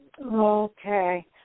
Okay